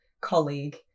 colleague